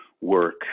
work